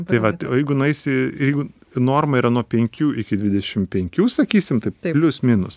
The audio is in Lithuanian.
tai va o jeigu nueisi ir jeigu norma yra nuo penkių iki dvidešim penkių sakysim taip plius minus